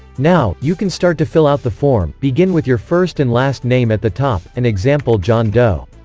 now, you can start to fill out the form begin with your first and last name at the top, an example john doe